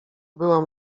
byłam